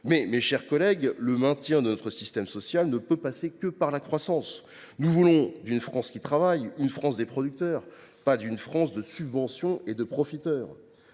Mes chers collègues, le maintien de notre système social ne peut passer que par la croissance ; nous voulons une France qui travaille, une France des producteurs, non une France des subventions et des profiteurs.